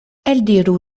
eldiru